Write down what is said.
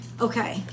Okay